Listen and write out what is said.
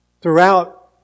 Throughout